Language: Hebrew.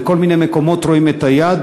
בכל מיני מקומות רואים את היד.